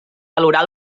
valorar